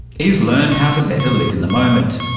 is learn how to better live in the moment.